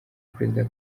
perezida